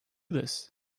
this